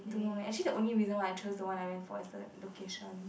don't know leh actually the only reason why I chose the one I went for is the location